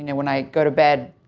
and when i go to bed.